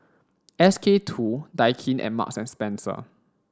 S K two Daikin and Marks and Spencer